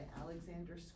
Alexander